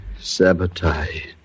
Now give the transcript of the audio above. Sabotage